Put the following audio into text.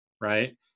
right